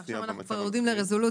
עכשיו אנחנו כבר יורדים לרזולוציות.